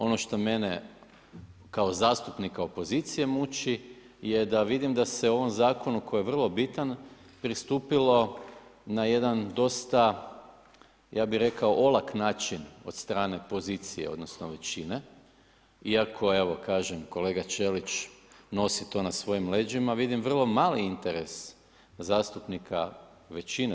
Ono što mene kao zastupnika opozicije muči, je da vidim da se u ovom zakonu koji je vrlo bitan pristupilo na jedan dosta ja bih rekao olak način od strane pozicije, odnosno većine, iako evo kažem kolega Ćelić nosi to na svojim leđima vidim vrlo mali interes zastupnika većine.